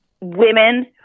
women